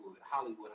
Hollywood